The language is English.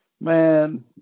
Man